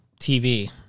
TV